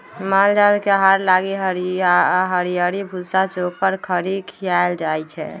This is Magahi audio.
माल जाल के आहार लागी हरियरी, भूसा, चोकर, खरी खियाएल जाई छै